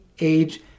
age